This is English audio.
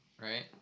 right